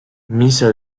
misa